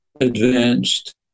advanced